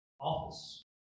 office